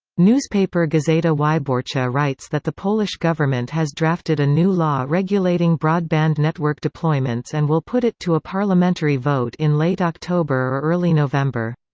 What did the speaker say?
newspaper gazeta wyborcza writes that the polish government has drafted a new law regulating broadband network deployments and will put it to a parliamentary vote in late october or early november.